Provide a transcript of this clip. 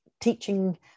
teaching